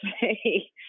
say